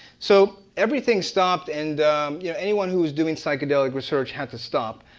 so, everything stopped, and yeah anyone who was doing psychedelic research had to stop.